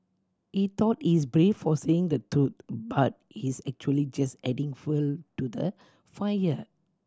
he thought he's brave for saying the truth but he's actually just adding fuel to the fire